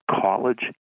College